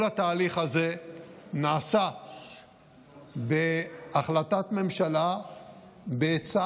כל התהליך הזה נעשה בהחלטת ממשלה בעצה